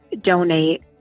donate